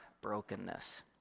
brokenness